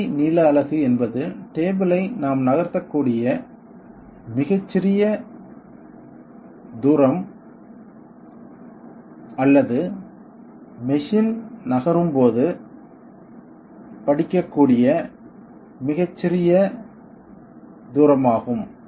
அடிப்படை நீள அலகு என்பது டேபிள் ஐ நாம் நகர்த்தக்கூடிய மிகச்சிறிய தூரம் அல்லது மெஷின் நகரும் போது படிக்கக்கூடிய மிகச்சிறிய தூரமாகும்